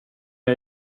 jag